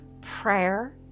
Prayer